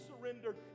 surrendered